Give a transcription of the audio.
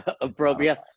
Appropriate